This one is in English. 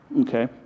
Okay